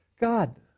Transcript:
God